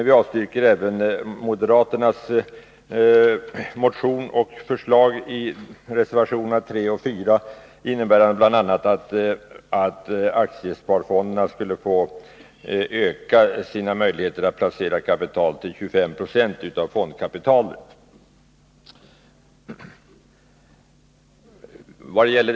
Vi avvisar även moderaternas motion och deras förslag i reservationerna 3 och 4. Utskottet föreslår att aktiesparfondernas rätt att placera kapital i det egna bolaget vidgas till att omfatta 25 276 av fondkapitalet.